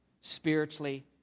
Spiritually